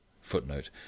footnote